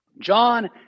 john